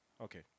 Okay